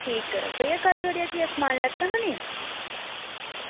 ठीक भइया कल्ल थुआढ़ी हट्टिया समान लैता हा नी